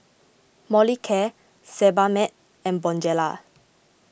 Molicare Sebamed and Bonjela